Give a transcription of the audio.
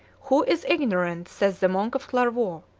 who is ignorant, says the monk of clairvaux,